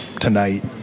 tonight